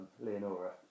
Leonora